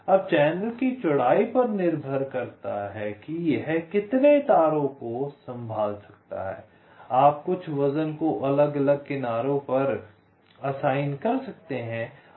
अब चैनल की चौड़ाई पर निर्भर करता है कि यह कितने तारों को संभाल सकता है आप कुछ वज़न को अलग अलग किनारों पर असाइन कर सकते हैं